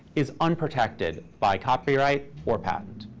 is unprotected by copyright or patent.